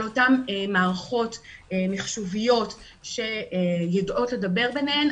על אותן מערכות מחשוביות שיודעות לדבר ביניהן,